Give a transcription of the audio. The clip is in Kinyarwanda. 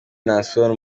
naasson